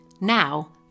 now